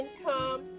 income